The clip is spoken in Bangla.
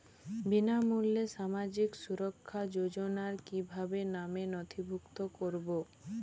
বিনামূল্যে সামাজিক সুরক্ষা যোজনায় কিভাবে নামে নথিভুক্ত করবো?